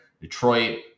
Detroit